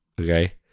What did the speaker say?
Okay